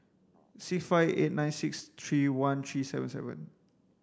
six five eight nine six three one three seven seven